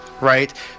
right